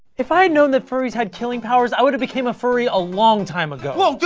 if i had known that furries had killing powers, i would've became a furry a long time ago. whoa, dude!